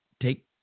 take